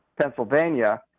Pennsylvania